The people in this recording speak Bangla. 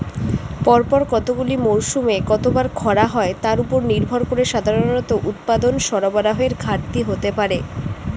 পরপর কতগুলি মরসুমে কতবার খরা হয় তার উপর নির্ভর করে সাধারণত উৎপাদন সরবরাহের ঘাটতি হতে পারে